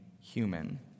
human